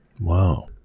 Wow